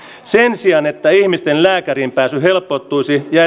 sen sijaan että ihmisten lääkäriin pääsy helpottuisi ja